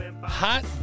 hot